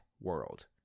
world